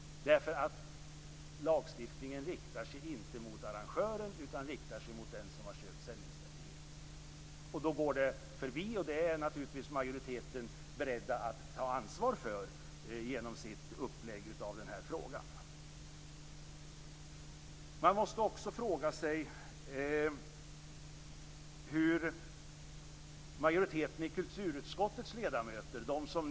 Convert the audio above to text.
Lagstiftningen riktar sig inte mot arrangören utan mot den som har köpt sändningsrättigheten, och då går det Sverige förbi. Det är naturligtvis majoriteten beredd att ta ansvar för genom sitt upplägg av den här frågan. Man måste också fråga sig hur majoriteten av kulturutskottets ledamöter känner sig.